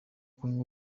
kunywa